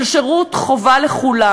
של שירות חובה לכולם.